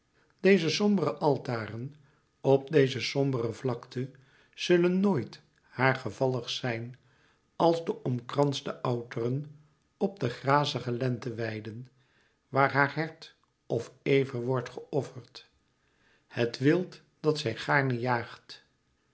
deze sombere altaren op deze sombere vlakte zullen nooit haar gevallig zijn als de omkranste outeren op de grazige lenteweiden waar haar hert of ever wordt geofferd het wild dat zij gaarne jaagt